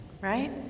right